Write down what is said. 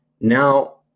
now